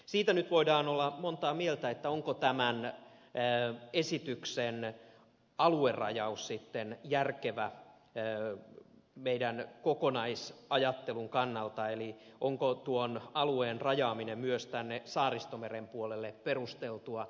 siitä nyt voidaan olla montaa mieltä että onko tämän esityksen aluerajaus sitten järkevä meidän kokonaisajattelun kannalta eli onko tuon alueen rajaaminen myös tänne saaristomeren puolelle perusteltua